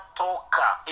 talker